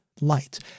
light